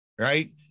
Right